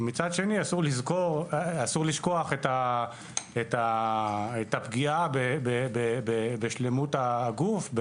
מצב שני אסור לשכוח את הפגיעה בשלמות הגוף,